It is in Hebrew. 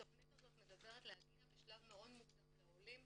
התכנית הזאת היא להגיע בשלב מאוד מוקדם לעולים,